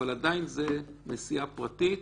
אבל עדיין זו נסיעה פרטית.